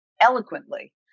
eloquently